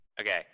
Okay